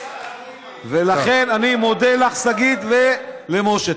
קדימה, לכן אני מודה לך, שגית, ולמשה.